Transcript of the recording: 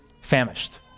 famished